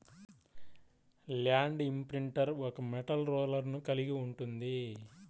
land imprinter ఒక metal రోలర్ను కలిగి ఉంటుంది